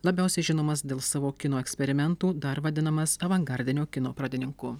labiausiai žinomas dėl savo kino eksperimentų dar vadinamas avangardinio kino pradininku